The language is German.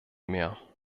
mehr